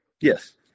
yes